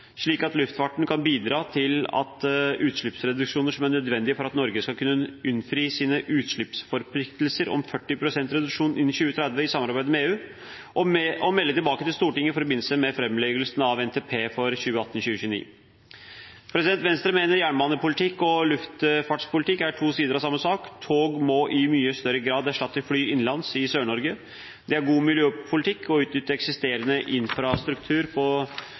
slik at luftfarten kan bidra til utslippsreduksjoner som er nødvendige for at Norge skal kunne innfri sine utslippsforpliktelser om 40 pst. reduksjon innen 2030 i samarbeid med EU, og melde tilbake til Stortinget i forbindelse med framleggelsen av NTP for 2018–2029. Venstre mener jernbanepolitikk og luftfartspolitikk er to sider av samme sak. Tog må i mye større grad erstatte fly innenlands i Sør-Norge. Det er god miljøpolitikk å utnytte eksisterende infrastruktur på